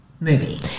Movie